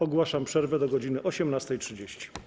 Ogłaszam przerwę do godz. 18.30.